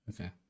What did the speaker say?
okay